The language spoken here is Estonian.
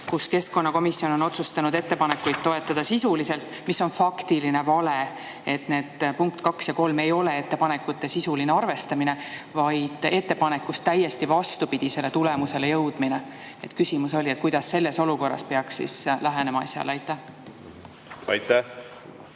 et] keskkonnakomisjon on otsustanud ettepanekuid toetada sisuliselt. See on faktiline vale. Punktid 2 ja 3 ei ole ettepanekute sisuline arvestamine, vaid ettepanekust täiesti vastupidisele tulemusele jõudmine. Küsimus oli, kuidas selles olukorras peaks asjale lähenema. Aitäh!